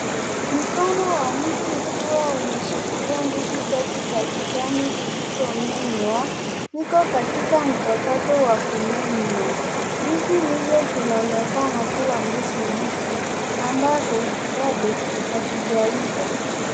Mkono wa mtu ukiwa umeshikilia ndizi chache za kijani zilizomenywa , iko katika mchakato ya kumenywa. Ndizi hizo zinaonekana kuwa ndizi mbichi ambazo bado hazijaiva.